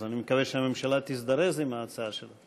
אז אני מקווה שהממשלה תזדרז עם ההצעה שלו.